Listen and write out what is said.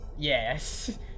Yes